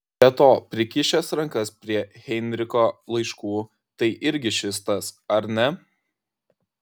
be to prikišęs rankas prie heinricho laiškų tai irgi šis tas ar ne